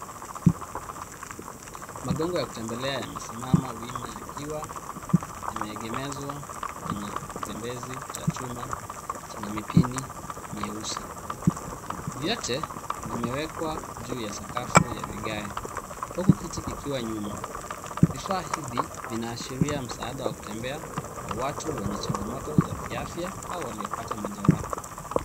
Magongo ya kutembelea yamesimama wima yakiwa yameegemezwa kwenye kitembezi cha chuma chenye mipini mieusi. Vyote vimewekwa juu ya sakafu ya vigae, huku kiti kikiwa nyuma. Vifaa hivi vinaashiria msaada wa kutembea wa watu wenye changamoto za kiafya au waliopata majeraha.